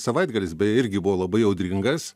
savaitgalis beje irgi buvo labai audringas